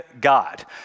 god